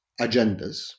agendas